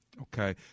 Okay